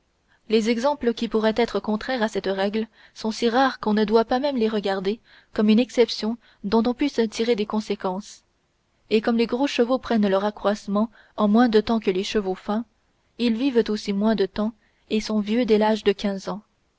les exemples qui pourraient être contraires à cette règle sont si rares qu'on ne doit pas même les regarder comme une exception dont on puisse tirer des conséquences et comme les gros chevaux prennent leur accroissement en moins de temps que les chevaux fins ils vivent aussi moins de temps et sont vieux dès l'âge de quinze ans